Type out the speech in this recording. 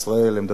עמדתה של